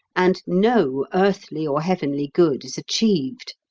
and no earthly or heavenly good is achieved.